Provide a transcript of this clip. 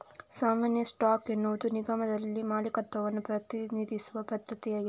ಸಾಮಾನ್ಯ ಸ್ಟಾಕ್ ಎನ್ನುವುದು ನಿಗಮದಲ್ಲಿ ಮಾಲೀಕತ್ವವನ್ನು ಪ್ರತಿನಿಧಿಸುವ ಭದ್ರತೆಯಾಗಿದೆ